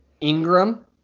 Ingram